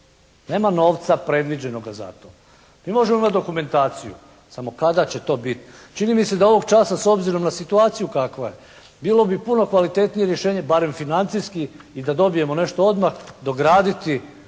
Nema novca predviđenoga za to. Mi možemo imati dokumentaciju, samo kada će to biti? Čini mi se da ovog časa s obzirom na situaciju kakva je bilo bi puno kvalitetnije rješenje, barem financijski i da dobijemo nešto odmah dograditi